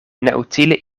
neutile